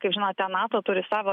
kaip žinote nato turi savo